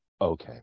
okay